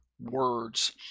words